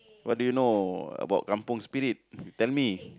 what do you know about Kampung Spirit if you tell me